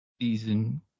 Season